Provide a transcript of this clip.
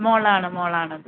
മോളാണ് മോളാണത്